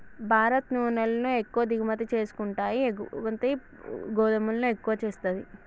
భారత్ నూనెలను ఎక్కువ దిగుమతి చేసుకుంటాయి ఎగుమతి గోధుమలను ఎక్కువ చేస్తది